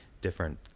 different